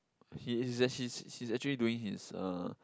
he is actually he's actually doing his uh